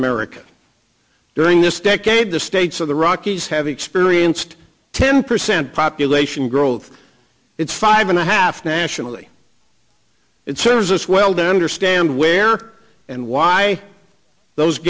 america during this decade the states of the rockies have experienced ten percent population growth it's five and a half nationally it serves us well don't understand where and why those